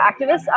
activists